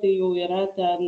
tai jau yra ten